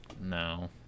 No